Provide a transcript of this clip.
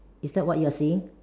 is that what you are saying